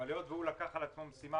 אבל היות והוא לקח על עצמו משימה